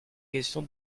question